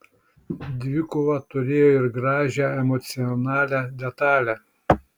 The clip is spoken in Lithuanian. dvikova turėjo ir gražią emocionalią detalę